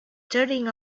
turning